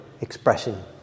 expression